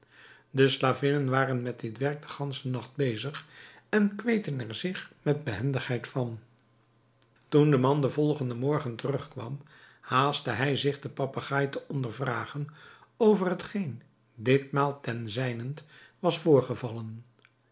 de slavinnen waren met dit werk den ganschen nacht bezig en kweten er zich met behendigheid van toen de man den volgenden morgen terug kwam haastte hij zich den papegaai te ondervragen over hetgeen ditmaal ten zijnent was voorgevallen